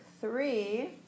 three